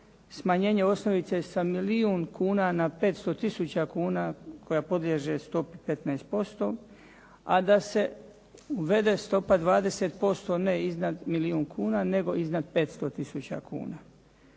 smanjenje osnovice sa milijun kuna na 500 tisuća kuna koja podliježe stopi 15%, a da se uvede stopa 20% ne iznad milijun kuna, nego iznad 500 tisuća kuna.